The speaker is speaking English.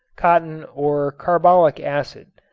cotton or carbolic acid.